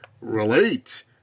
relate